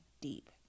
deep